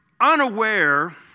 unaware